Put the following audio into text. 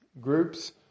groups